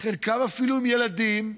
חלקם אפילו עם ילדים,